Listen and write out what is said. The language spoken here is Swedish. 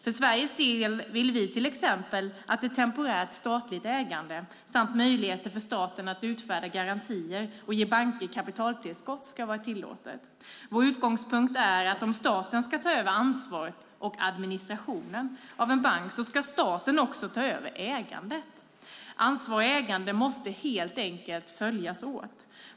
För Sveriges del vill vi till exempel att ett temporärt statligt ägande ska vara tillåtet och att det ska finnas möjligheter för staten att utfärda garantier och ge banker kapitaltillskott. Vår utgångspunkt är att om staten ska ta över ansvaret och administrationen av en bank så ska staten också ta över ägandet. Ansvar och ägande måste helt enkelt följas åt.